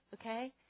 okay